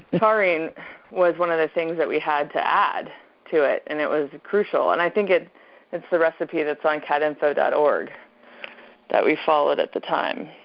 taurine was one of the things that we had to add to it and it was crucial. and i think it's the recipe that's on catinfo dot org that we followed at the time.